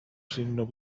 signo